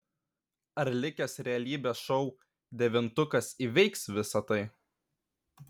ar likęs realybės šou devintukas įveiks visa tai